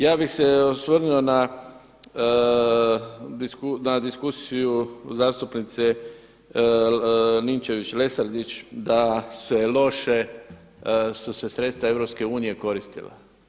Ja bih se osvrnuo na diskusiju zastupnice Ninčević-Lesandrić da se loše su se sredstva EU koristila.